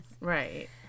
Right